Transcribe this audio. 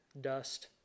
dust